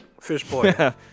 Fishboy